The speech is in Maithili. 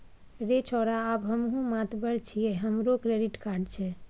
रे छौड़ा आब हमहुँ मातबर छियै हमरो क्रेडिट कार्ड छै